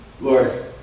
Lord